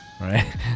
Right